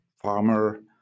farmer